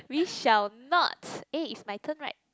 we shall not eh is my turn right